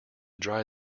dry